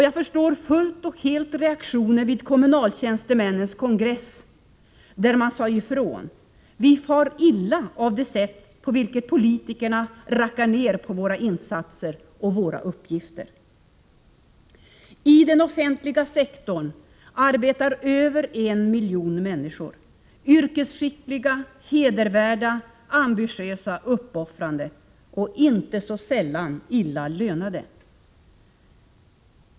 Jag förstår fullt och helt reaktionen vid kommunaltjänstemännens kon gress, där man sade ifrån: Vi far illa av det sätt på vilket politikerna rackar ned på våra insatser och våra uppgifter. I den offentliga sektorn arbetar över 1 miljon människor — yrkesskickliga, hedervärda, ambitiösa, uppoffrande och inte så sällan illa lönade.